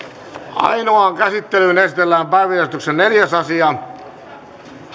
ainoaan käsittelyyn esitellään päiväjärjestyksen neljäs asia